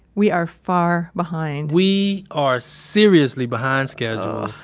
we are far behind we are seriously behind schedule,